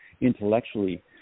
intellectually